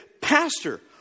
Pastor